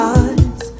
eyes